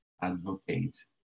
advocate